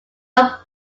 are